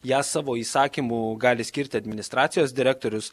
ją savo įsakymu gali skirti administracijos direktorius